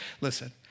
listen